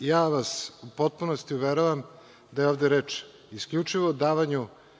ja vas u potpunosti uveravam da je ovde reč isključivo o davanju